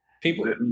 people